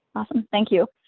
thank you.